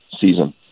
season